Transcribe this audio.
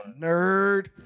nerd